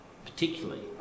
particularly